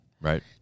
right